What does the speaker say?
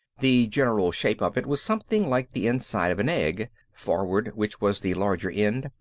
the general shape of it was something like the inside of an egg. forward, which was the larger end,